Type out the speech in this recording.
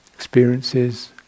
Experiences